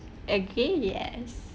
again yes